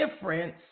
difference